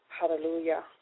Hallelujah